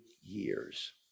years